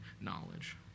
knowledge